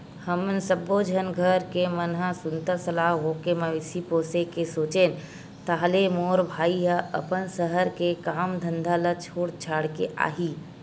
हमन सब्बो झन घर के मन ह सुनता सलाह होके मवेशी पोसे के सोचेन ताहले मोर भाई ह अपन सहर के काम धंधा ल छोड़ छाड़ के आही